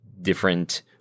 different